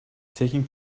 taking